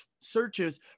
searches